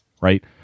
right